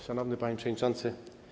Szanowny Panie Przewodniczący!